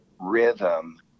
rhythm